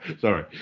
Sorry